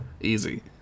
Easy